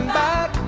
back